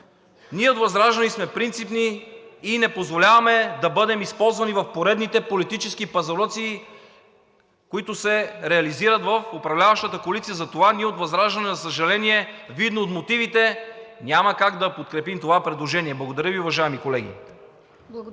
Ние от ВЪЗРАЖДАНЕ сме принципни и не позволяваме да бъдем използвани в поредните политически пазарлъци, които се реализират в управляващата коалиция. Затова ние от ВЪЗРАЖДАНЕ, за съжаление, видно от мотивите, няма как да подкрепим това предложение. Благодаря Ви, уважаеми колеги.